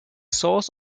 source